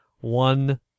One